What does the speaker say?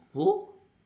who